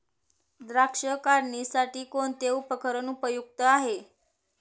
द्राक्ष काढणीसाठी कोणते उपकरण उपयुक्त आहे?